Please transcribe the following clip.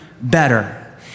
better